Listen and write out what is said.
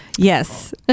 Yes